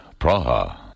Praha